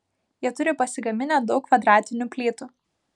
jie turi pasigaminę daug kvadratinių plytų